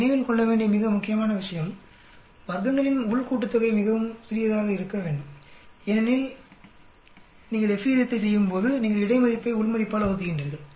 நாம் நினைவில் கொள்ள வேண்டிய மிக முக்கியமான விஷயம் வர்க்கங்களின் உள் கூட்டுத்தொகை மிகவும் சிறியதாக இருக்க வேண்டும் எனவே நீங்கள் F விகிதத்தைச் செய்யும்போது நீங்கள் இடை மதிப்பை உள் மதிப்பால் வகுக்கின்றீர்கள்